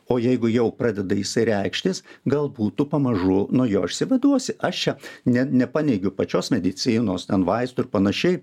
o jeigu jau pradeda jisai reikštis galbūt tu pamažu nuo jo išsivaduosi aš čia ne nepaneigiu pačios medicinos ten vaistų ir panašiai